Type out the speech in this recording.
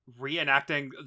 reenacting